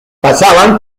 pasaban